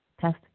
Test